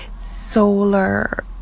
solar